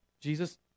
Jesus